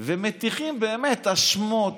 ומטיחים האשמות